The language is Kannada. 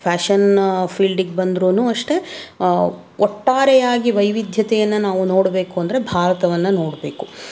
ಫ್ಯಾಷನ್ ಫೀಲ್ಡಿಗೆ ಬಂದ್ರೂ ಅಷ್ಟೇ ಒಟ್ಟಾರೆಯಾಗಿ ವೈವಿಧ್ಯತೆಯನ್ನು ನಾವು ನೋಡಬೇಕು ಅಂದರೆ ಭಾರತವನ್ನು ನೋಡಬೇಕು